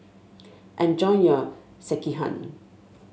enjoy your Sekihan